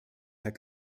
herr